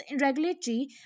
regulatory